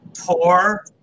poor